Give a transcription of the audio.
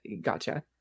gotcha